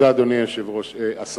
אדוני היושב-ראש, תודה.